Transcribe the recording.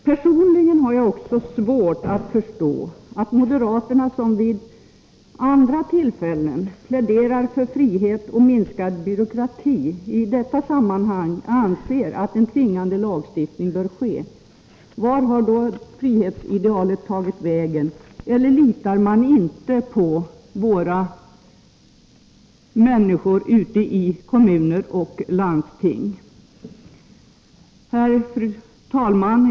Personligen har jag svårt att förstå att moderaterna, som vid andra tillfällen pläderar för frihet och minskad byråkrati, i detta sammanhang anser att en tvingande lagstiftning skall införas. Vart har frihetsidealet tagit vägen? Litar man inte på de människor som arbetar med de här frågorna ute i kommuner och landsting? Herr talman!